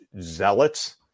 zealots